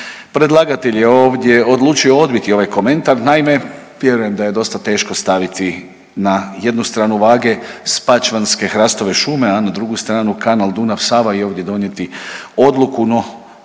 Predlagatelj je ovdje odlučio odbiti ovaj komentar. Naime, vjerujem da je dosta teško staviti na jednu stranu vage spačvanske hrastove šume, a na drugu stranu kanal Dunav – Sava i ovdje donijeti odluku.